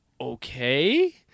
Okay